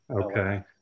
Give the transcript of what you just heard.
Okay